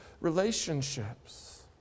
relationships